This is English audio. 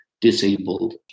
disabled